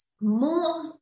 more